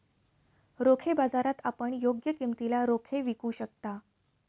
रोखे बाजारात आपण योग्य किमतीला रोखे विकू शकता